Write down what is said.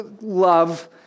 love